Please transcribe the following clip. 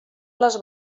les